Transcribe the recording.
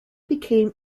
became